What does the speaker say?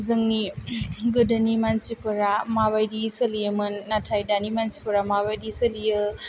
जोंनि गोदोनि मानसिफोरा मा बाइदि सोलियोमोन नाथाय दानि मानसिफोरा मा बाइदि सोलियो